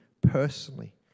personally